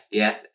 yes